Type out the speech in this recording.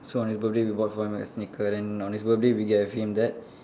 so on his birthday we bought for him a sneaker then on his birthday we gave him that